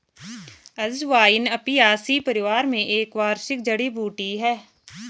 अजवाइन अपियासी परिवार में एक वार्षिक जड़ी बूटी है